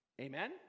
Amen